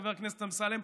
חבר הכנסת אמסלם,